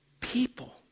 people